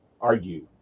argue